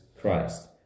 Christ